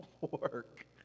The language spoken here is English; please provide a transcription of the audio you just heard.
work